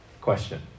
Question